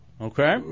Okay